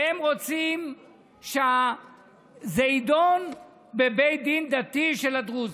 והם רוצים שזה יידון בבית דין דתי של הדרוזים,